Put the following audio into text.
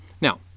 now